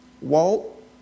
Walt